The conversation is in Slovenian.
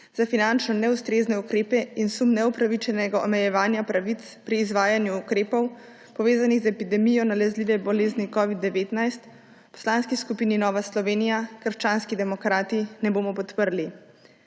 za finančno neustrezne ukrepe in sum neupravičenega omejevanja pravic pri izvajanju ukrepov, povezanih epidemijo nalezljive bolezni covid-19 v Poslanski skupini Nova Slovenija − krščanski demokrati ne bomo podprli.